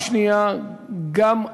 אל תצביע, אל